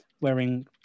wearing